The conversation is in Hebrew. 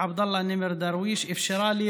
שייח' עבדאללה נימר דרוויש בלימוד ובהוראת האסלאם אפשרה לי